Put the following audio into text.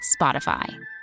Spotify